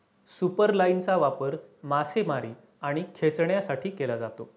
सुपरलाइनचा वापर मासेमारी आणि खेचण्यासाठी केला जातो